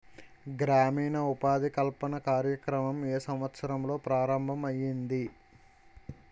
గ్రామీణ ఉపాధి కల్పన కార్యక్రమం ఏ సంవత్సరంలో ప్రారంభం ఐయ్యింది?